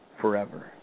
forever